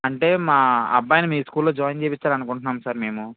అంటే మా అబ్బాయిని మీ స్కూల్ లో జాయిన్ చేపిచ్చాలి అనుకుంటున్నాం సార్ మేము